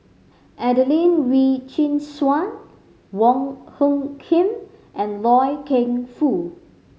Adelene Wee Chin Suan Wong Hung Khim and Loy Keng Foo